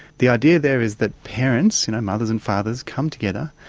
the idea there is that parents, mothers and fathers, come together,